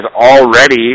already